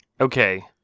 okay